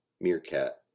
meerkat